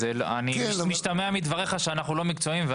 פשוט משתמע מדבריך שאנחנו לא מקצועיים.